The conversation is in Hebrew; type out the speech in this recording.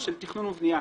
של תכנון ובנייה.